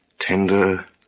tender